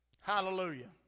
Hallelujah